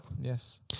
Yes